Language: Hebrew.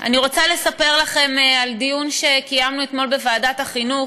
אני רוצה לספר לכם על דיון שקיימנו אתמול בוועדת החינוך,